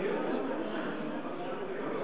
לה.